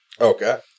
Okay